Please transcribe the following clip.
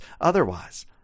otherwise